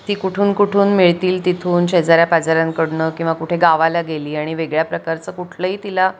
ती कुठून कुठून मिळतील तिथून शेजाऱ्यापाजाऱ्यांकडनं किंवा कुठे गावाला गेली आणि वेगळ्या प्रकारचं कुठलंही तिला